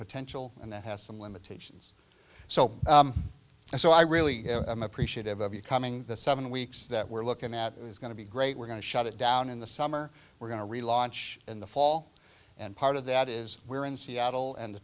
potential and that has some limitations so so i really am appreciative of you coming the seven weeks that we're looking at is going to be great we're going to shut it down in the summer we're going to relaunch in the fall and part of that is we're in seattle and to